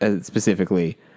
specifically